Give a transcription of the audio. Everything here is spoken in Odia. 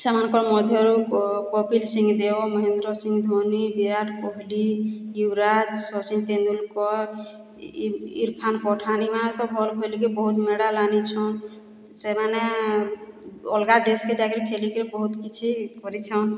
ସେମାନଙ୍କ ମଧ୍ୟରୁ କପିଲ ସିଂ ଦେଓ ମହେନ୍ଦ୍ର ସିଂ ଧୋନି ବିରାଟ କୋହଲି ଯୁବରାଜ ସଚିନ ତେନ୍ଦୁଲକର ଇରଫାନ ପଠାନ ଇମାନେ ତ ଭଲ ଖେଲିକି ବହୁତ ମେଡ଼ାଲ୍ ଆନିଛନ୍ ସେମାନେ ଅଲଗା ଦେଶକେ ଯାଇ କରି ଖେଲି କରି ବହୁତ କିଛି କରିଛନ୍